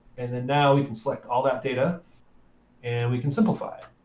and then now we can select all that data and we can simplify it.